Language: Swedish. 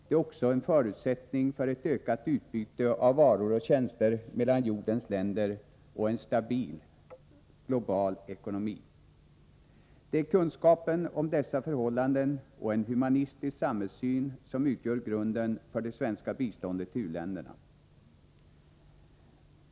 Den är också en förutsättning för ett ökat utbyte av varor och tjänster mellan jordens länder och för en stabil global ekonomi. Det är kunskapen om dessa förhållanden och en humanitär samhällssyn som utgör grunden för det svenska biståndet till u-länderna.